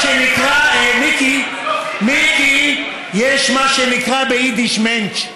מיקי, יש מה שנקרא ביידיש "מענטש".